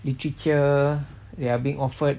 literature they are being offered